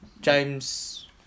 James